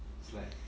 it's like